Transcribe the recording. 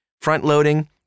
front-loading